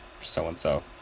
so-and-so